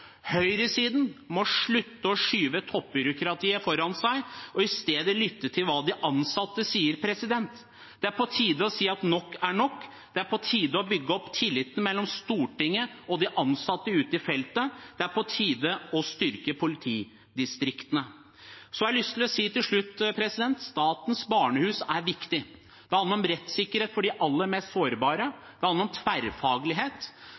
Høyresiden må slutte å skyve toppbyråkratiet foran seg og i stedet lytte til hva de ansatte sier. Det er på tide å si at nok er nok. Det er på tide å bygge opp tilliten mellom Stortinget og de ansatte ute i feltet. Det er på tide å styrke politidistriktene. Så har jeg lyst til å si til slutt: Statens barnehus er viktig. Det handler om rettssikkerhet for de aller mest